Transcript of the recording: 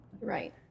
Right